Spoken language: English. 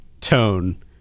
tone